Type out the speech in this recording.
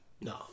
No